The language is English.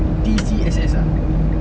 T_C_S_S ah